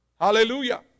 Hallelujah